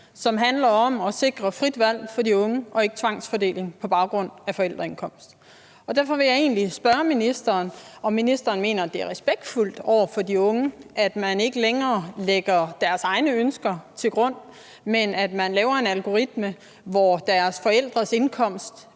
som handler om at sikre frit valg for de unge og ikke tvangsfordeling på baggrund af forældreindkomst. Og derfor vil jeg egentlig spørge ministeren, om ministeren mener, det er respektfuldt over for de unge, at man ikke længere lægger deres egne ønsker til grund, men at man laver en algoritme, hvor deres forældres indkomst